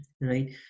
right